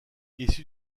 issu